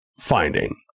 finding